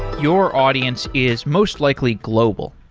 your audience is most likely global.